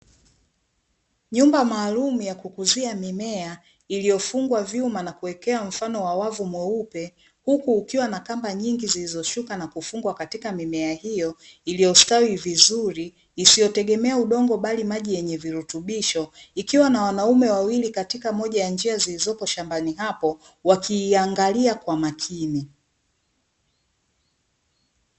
Nyumba maalum ya kukuzia mimea iliyofungwa vyuma na kuwekewa mfano wa wavu mweupe huku ukiwa na kamba nyingi zilizoshuka na kufungwa katika mimea hiyo iliyostawi vizuri isiyotegemea udongo bali maji yenye virutubisho ikiwa na wanaume wawili katika moja ya njia zilizopo shambani hapo wakiiangalia kwa makini.